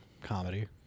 Comedy